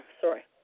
Sorry